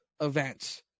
events